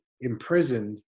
imprisoned